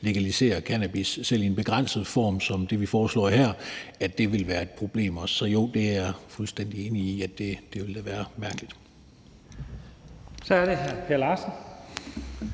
legalisere cannabis, selv i en begrænset form som det, vi foreslår her, vil være et problem. Så jo, jeg er fuldstændig enig i, at det er mærkeligt. Kl. 18:28 Første